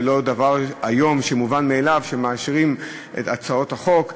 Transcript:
היום זה לא דבר מובן מאליו שמאשרים את הצעות החוק.